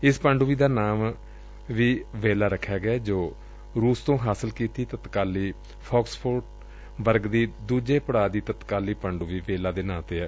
ਇਸ ਪਣਡੁੱਬੀ ਦਾ ਨਾਮ ਵੀ ਵੇਲਾ ਰਖਿਆ ਗਿਐ ਜੋ ਰੁਸ ਤੋਂ ਹਾਸਲ ਕੀਤੀ ਤਤਕਾਲੀ ਫੌਕਸਟਰੋਟ ਵਰਗ ਦੀ ਦੁਜੇ ਪੜਾਅ ਦੀ ਤਤਕਾਲੀ ਪਣਡੂਬੀ ਵੇਲਾ ਦੇ ਨਾ ਤੇ ਐ